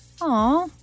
Aw